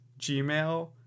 Gmail